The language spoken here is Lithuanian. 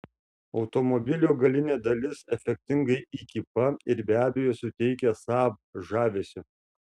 automobilio galinė dalis efektingai įkypa ir be abejo suteikia saab žavesio